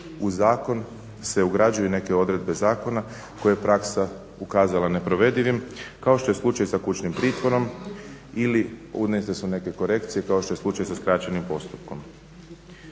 u zakon se ugrađuju i neke odredbe zakona koje je praksa ukazala neprovedivim kao što je slučaj sa kućnim pritvorom ili u interesu neke korekcije kao što je slučaj sa skraćenim postupkom.